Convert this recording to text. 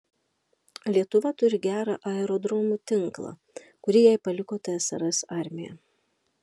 lietuva turi gerą aerodromų tinklą kurį jai paliko tsrs armija